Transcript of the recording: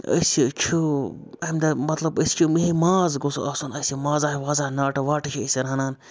أسہِ چھُ اَمہِ دۄہ مطلب أسۍ چھِ مے ماز گوٚژھ آسُن اَسہِ مازا وازا ناٹہٕ واٹہٕ چھِ أسۍ رَنان